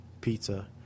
pizza